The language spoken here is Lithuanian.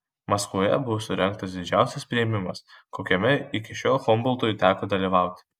maskvoje buvo surengtas didžiausias priėmimas kokiame iki šiol humboltui teko dalyvauti